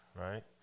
Right